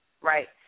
right